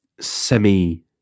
semi